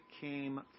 came